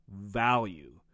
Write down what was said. value